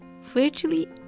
Virtually